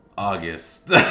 August